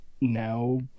Now